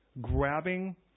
Grabbing